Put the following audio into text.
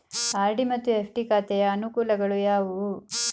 RD ಮತ್ತು FD ಖಾತೆಯ ಅನುಕೂಲಗಳು ಯಾವುವು?